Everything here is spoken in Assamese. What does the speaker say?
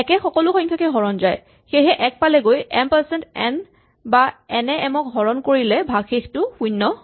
১ এ সকলো সংখ্যাকে হৰণ যায় সেয়েহে ১ পালেগৈ এম পাৰচেন্ট এন বা এন এ এম ক হৰণ কৰিলে ভাগশেষটো হ'ব শূণ্য